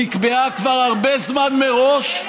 שנקבעה כבר הרבה זמן מראש,